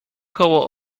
koło